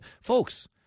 Folks